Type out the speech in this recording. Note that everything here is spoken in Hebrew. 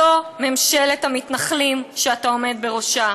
זאת ממשלת המתנחלים שאתה עומד בראשה.